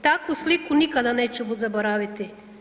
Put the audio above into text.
Takvu sliku nikada neću zaboraviti.